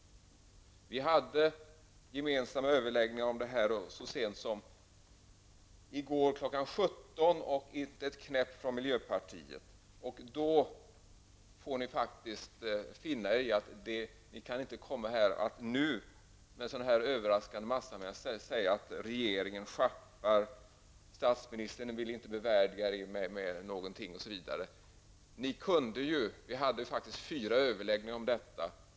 Vi hade gemensamma överläggningar om det här så sent som i går kl. 17.00. Men då hördes inte ett knäpp från miljöpartiet. Därför får ni faktiskt finna er i att ni sedan ni överraskat oss inte kan säga att regeringen sjappar och att statsministern inte vill bevärdiga miljöpartiet med inlägg, osv. Vi hade faktiskt fyra överläggningar om detta.